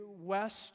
West